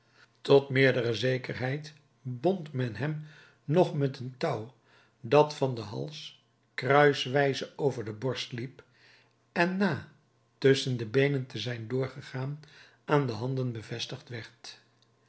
tot meerdere zekerheid bond men hem nog met een touw dat van den hals kruiswijze over de borst liep en na tusschen de beenen te zijn doorgegaan aan de handen bevestigd